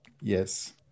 Yes